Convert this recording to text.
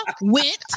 went